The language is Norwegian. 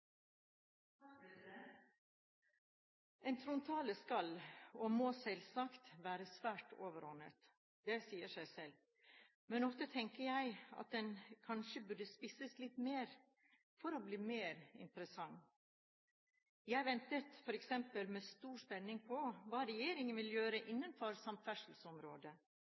må selvsagt være svært overordnet – det sier seg selv. Men ofte tenker jeg at den kanskje burde spisses litt mer for å bli mer interessant. Jeg ventet f.eks. med stor spenning på hva regjeringen ville gjøre innenfor samferdselsområdet.